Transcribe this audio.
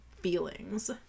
feelings